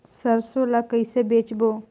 सरसो ला कइसे बेचबो?